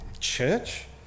Church